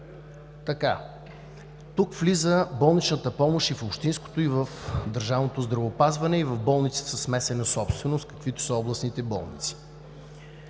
Тук влиза болничната помощ в общинското, в държавното здравеопазване и в болниците със смесена собственост, каквито са областните болници.